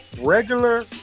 regular